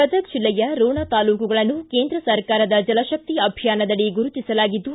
ಗದಗ ಜಿಲ್ಲೆಯ ರೋಣ ತಾಲೂಕುಗಳನ್ನು ಕೇಂದ್ರ ಸರ್ಕಾರದ ಜಲಶಕ್ತಿ ಅಭಿಯಾನದಡಿ ಗುರುತಿಸಲಾಗಿದ್ದು